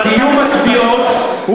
קיום התביעות,